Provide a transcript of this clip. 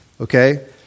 Okay